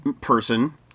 person